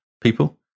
people